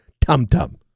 tum-tum